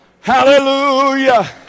Hallelujah